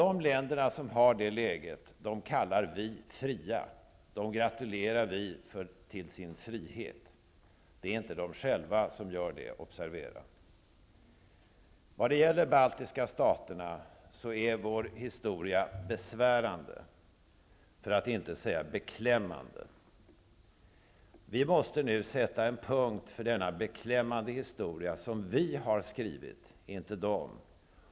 De länder som har det läget kallar vi fria. Dem gratulerar vi till deras frihet -- observera att det inte är de själva som gör det. När det gäller de baltiska staterna är vår historia besvärande, för att inte säga beklämmande. Vi måste nu sätta punkt för denna beklämmande historia som vi har skrivit -- inte de.